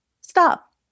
stop